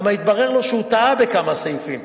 כי התברר לו שהוא טעה בכמה סעיפים?